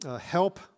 Help